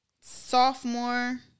sophomore